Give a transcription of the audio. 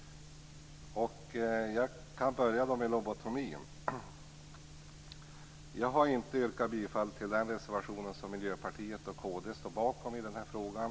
Jag börjar med frågan om lobotomin. Jag har inte yrkat bifall till den reservation som Miljöpartiet och kd står bakom i den här frågan.